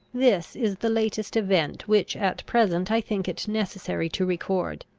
this is the latest event which at present i think it necessary to record.